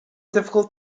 difficult